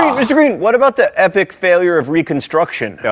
um mr. green, what about the epic failure of reconstruction?